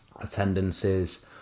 attendances